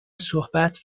صحبت